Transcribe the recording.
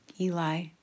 eli